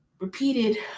repeated